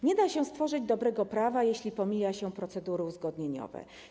Nie da się stworzyć dobrego prawa, jeśli pomija się procedury uzgodnieniowe.